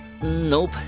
Nope